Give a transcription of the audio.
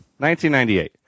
1998